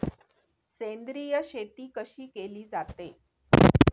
सेंद्रिय शेती कशी केली जाते?